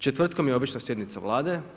Četvrtkom je obično sjednica Vlade.